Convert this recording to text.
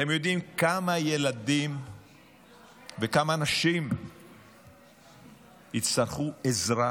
אתם יודעים כמה ילדים וכמה נשים יצטרכו עזרה?